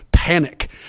panic